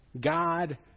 God